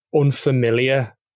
unfamiliar